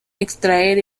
extraer